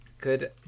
Good